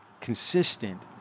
consistent